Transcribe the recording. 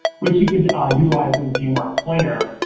which you could ah utilize in being more player,